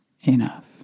enough